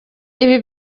ibi